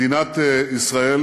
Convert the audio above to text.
מדינת ישראל